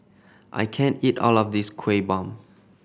I can't eat all of this Kueh Bom